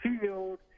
field